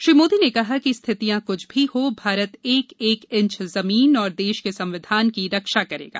श्री मोदी ने कहा कि स्थितियां कुछ भी हों भारत एक एक इंच जमीन और देश के संविधान की रक्षा करेगा